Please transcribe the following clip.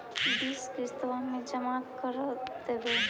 बिस किस्तवा मे जमा कर देवै?